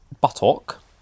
buttock